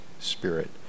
Spirit